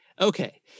Okay